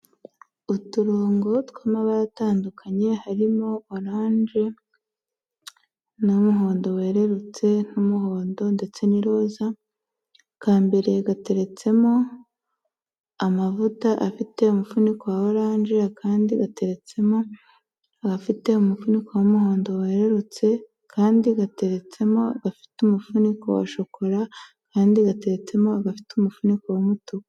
Uturongo tw'amabara atandukanye harimo oranje n'umuhondo werurutse n'umuhondo ndetse n'iroza. Akambere gateretsemo amavuta afite umufuniko wa oranje, akandi gateretsemo agafite umufuniko w'umuhondo werurutse, akandi gateretsemo agafite umufuniko wa shokora, akandi gateretsemo agafite umufuniko w'umutuku.